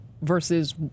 versus